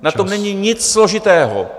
Na tom není nic složitého.